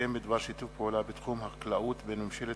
הסכם בדבר שיתוף פעולה בתחום החקלאות בין ממשלת